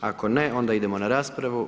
Ako ne, onda idemo na raspravu.